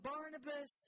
Barnabas